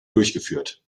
durchgeführt